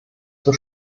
zur